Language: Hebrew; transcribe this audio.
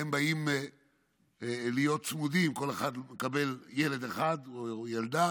והם באים להיות צמודים: כל אחד מקבל ילד אחד או ילדה